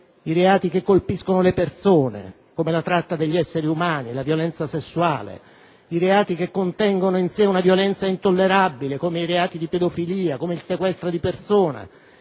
i reati che colpiscono le persone, come la tratta degli esseri umani, la violenza sessuale, i reati che contengono in sé una violenza intollerabile, come il sequestro di persona,